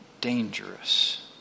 dangerous